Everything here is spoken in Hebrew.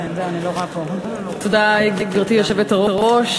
תודה, גברתי היושבת-ראש.